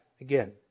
again